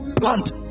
plant